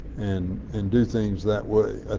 and and do things that way.